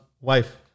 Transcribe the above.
wife